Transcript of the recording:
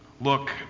Look